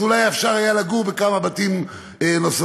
אולי אפשר היה לגור בכמה בתים נוספים.